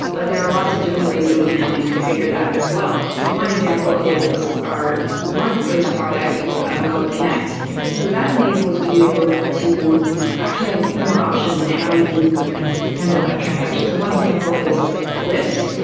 but there are lots of different ways that we can help you configure that as well one example is our marketplace product connect so that enables you to actually, have a few more options on how you handle that transaction. so one example is lyft,